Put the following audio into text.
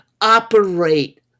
operate